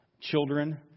children